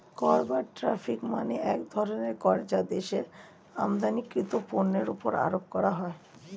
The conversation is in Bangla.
কর বা ট্যারিফ মানে এক ধরনের কর যা দেশের আমদানিকৃত পণ্যের উপর আরোপ করা হয়